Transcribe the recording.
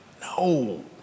No